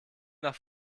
nach